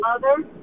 mother